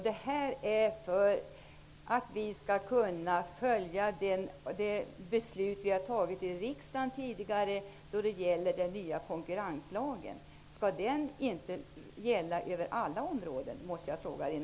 Det beslut som tidigare fattats av riksdagen om den nya konkurrenslagen kan då följas. Eller, Rinaldo Karlsson, skall det beslutet inte gäller alla områden?